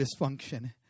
dysfunction